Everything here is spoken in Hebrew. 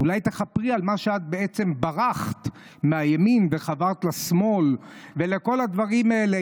אולי תכפרי על זה שאת בעצם ברחת מהימין וחברת לשמאל ועל כל הדברים האלה,